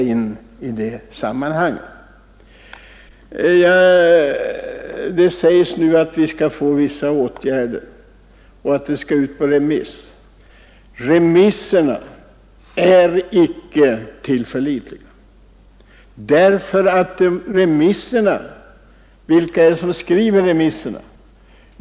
129 förhindra oskäliga hyreshöjningar, mm Det sägs nu att det skall läggas fram förslag om vissa åtgärder och att detta förslag skall gå ut på remiss. Remisser är icke tillförlitliga! Vilka är det som skriver remissvaren?